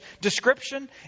description